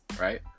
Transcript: right